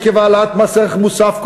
עקב העלאת מס ערך מוסף,